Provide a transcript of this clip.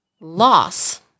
Loss